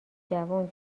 جون